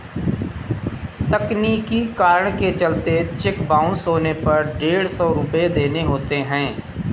तकनीकी कारण के चलते चेक बाउंस होने पर डेढ़ सौ रुपये देने होते हैं